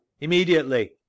immediately